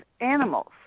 animals